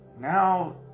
now